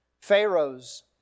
Pharaoh's